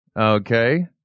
Okay